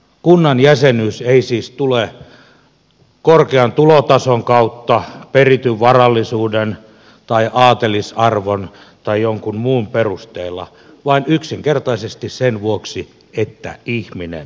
kunnan jäsenyys ei siis tule korkean tulotason kautta perityn varallisuuden tai aatelisarvon tai jonkun muun perusteella vaan yksinkertaisesti sen vuoksi että ihminen on